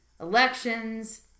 elections